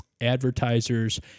advertisers